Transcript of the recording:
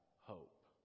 hope